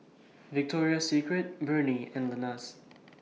Victoria Secret Burnie and Lenas